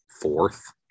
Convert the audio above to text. fourth